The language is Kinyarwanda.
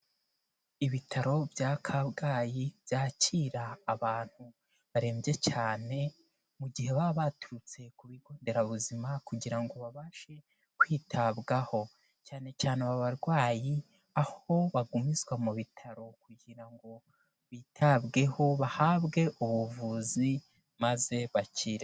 Ibitaro bya Kabgayi byakira abantu barembye cyane, mu gihe baba baturutse ku bigo nderabuzima kugira ngo babashe kwitabwaho. Cyane cyane aba barwayi, aho bagumizwa mu bitaro kugira ngo bitabweho, bahabwe ubuvuzi, maze bakire.